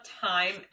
time